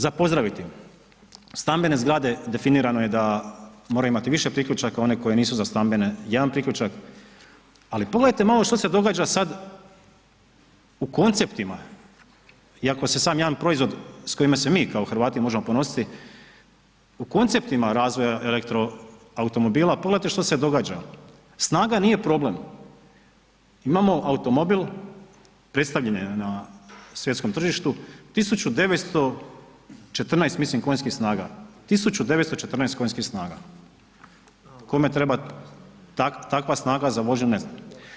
Za pozdraviti, stambene zgrade definirano je da moraju imati više priključaka, one koje nisu za stambene jedna priključak, ali pogledajte malo što se događa sad u konceptima i ako se samo jedan proizvod, s kojima se mi kao Hrvati možemo ponositi, u konceptima razvoja elektro automobila pogledajte što se događa, snaga nije problem, imamo automobil, predstavljen je na svjetskom tržištu, 1914 mislim konjskih snaga, 1914 konjskih snaga, kome treba takva snaga za vožnju, ne znam.